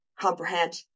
comprehend